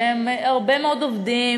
שהם הרבה מאוד עובדים,